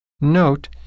Note